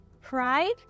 pride